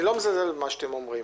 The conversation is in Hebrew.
אני לא מזלזל במה שאתם אומרים,